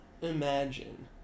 imagine